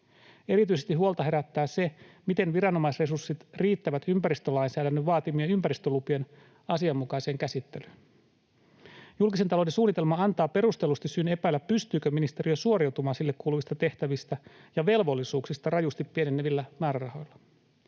Erityisesti huolta herättää se, miten viranomaisresurssit riittävät ympäristölainsäädännön vaatimien ympäristölupien asianmukaiseen käsittelyyn. Julkisen talouden suunnitelma antaa perustellusti syyn epäillä, pystyykö ministeriö suoriutumaan sille kuuluvista tehtävistä ja velvollisuuksista rajusti pienenevillä määrärahoilla.